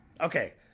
okay